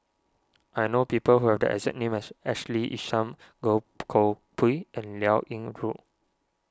I know people who have the exact name as Ashley Isham Goh Koh Pui and Liao Yingru